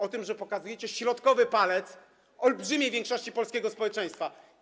O tym, że pokazujecie środkowy palec olbrzymiej większości polskiego społeczeństwa.